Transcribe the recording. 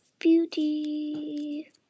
Beauty